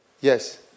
Yes